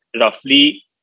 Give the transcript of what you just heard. roughly